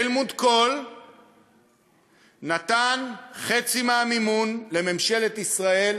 הלמוט קוהל נתן חצי מהמימון לממשלת ישראל